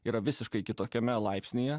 yra visiškai kitokiame laipsnyje